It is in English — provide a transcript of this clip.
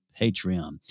Patreon